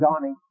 Johnny